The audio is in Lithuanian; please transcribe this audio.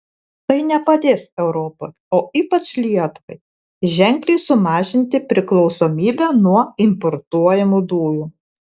tai nepadės europai o ypač lietuvai ženkliai sumažinti priklausomybę nuo importuojamų dujų